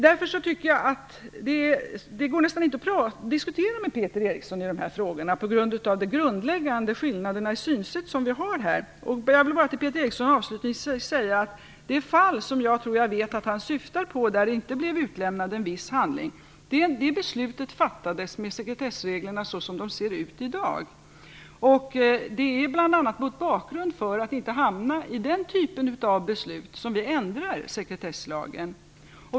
Det går nästan inte att diskutera med Peter Eriksson i dessa frågor på grund av våra grundläggande skillnader i synsätt. Jag vill till Peter Eriksson avslutningsvis säga att beslutet i det fall som jag tror att han syftar på - ett fall då en viss handling inte blev utlämnad - fattades då sekretessreglerna såg ut som de ser ut i dag. Det är bl.a. för att inte hamna i den typen av beslut som vi ändrar sekretesslagen.